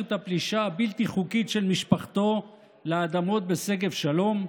את הפלישה הבלתי-חוקית של משפחתו לאדמות בשגב שלום?